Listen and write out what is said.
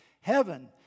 heaven